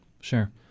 Sure